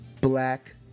black